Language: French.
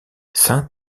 saint